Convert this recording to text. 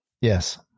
Yes